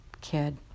kid